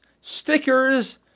stickers